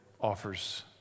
offers